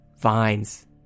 vines